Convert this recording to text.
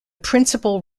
principle